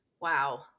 Wow